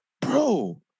bro